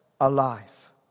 alive